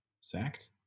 sacked